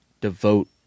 devote